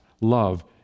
love